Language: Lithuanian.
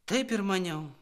taip ir maniau